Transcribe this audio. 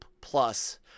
Plus